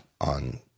on